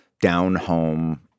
down-home